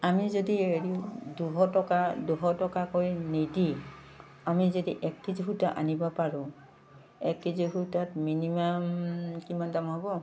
আমি যদি হেৰি দুশ টকা দুশ টকাকৈ নিদি আমি যদি এক কেজি সূতা আনিব পাৰোঁ এক কেজি সূতাত মিনিমাম কিমান দাম হ'ব